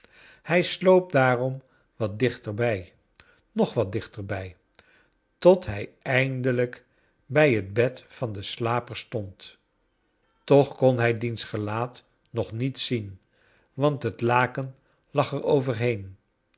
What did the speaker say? hij sloop daarom wat dichterbij nog wat dichterbij tot hij eindelijk bij het bed van den slaper stond toch kon hij diens gelaai nog niet zien want het laken